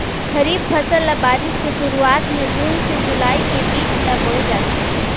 खरीफ फसल ल बारिश के शुरुआत में जून से जुलाई के बीच ल बोए जाथे